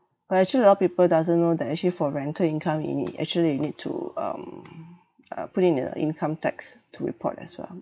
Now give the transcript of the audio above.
but actually a lot of people doesn't know that actually for rental income you nee~ actually you need to um uh put it in the income tax to report as well